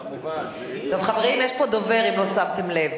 טוב, חברים, יש פה דובר, אם לא שמתם לב.